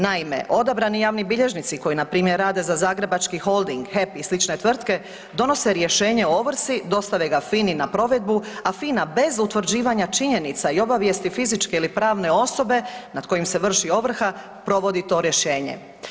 Naime, odabrani javni bilježnici koji npr. rade za Zagrebački holding, HEP i slične tvrtke donose rješenje o ovrsi, dostave ga FINA-i na provedbu, a FINA bez utvrđivanja činjenica i obavijesti fizičke ili pravne osobe nad kojim se vrši ovrha provodi to rješenje.